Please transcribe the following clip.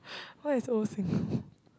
what is old sing~